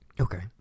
Okay